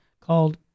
called